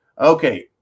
Okay